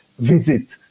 visit